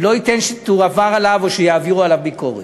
לא ייתן שיעבירו עליו ביקורת.